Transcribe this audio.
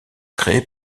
créé